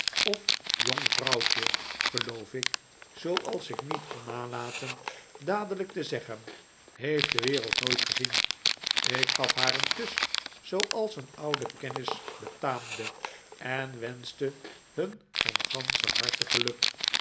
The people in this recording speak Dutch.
of jong vrouwtje geloof ik zooals ik niet kon nalaten dadelijk te zeggen heeft de wereld nooit gezien ik gaf haar een kus zooals een ouden kennis betaamde en wenschte hun van ganscher harte geluk